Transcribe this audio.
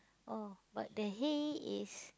oh but the hay is